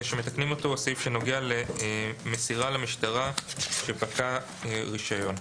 שמתקנים אותו הוא סעיף שנוגע למסירה של המשטרה שפקע רישיון.